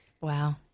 Wow